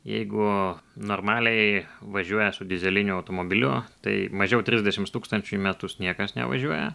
jeigu normaliai važiuoja su dyzeliniu automobiliu tai mažiau trisdešims tūkstančių į metus niekas nevažiuoja